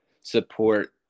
support